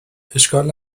اشکال